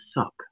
suck